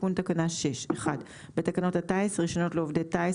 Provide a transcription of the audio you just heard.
תיקון תקנה 6 בתקנות הטיס (רישיונות לעובדי טיס),